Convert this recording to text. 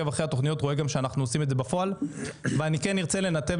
אני כן ארצה לנתב לשם כספים עם כל המשרדים הרלוונטיים וגם עם החברות.